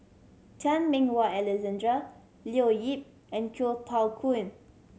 Chan Meng Wah Alexander Leo Yip and Kuo Pao Kun